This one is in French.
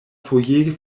foyer